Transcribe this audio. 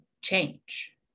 change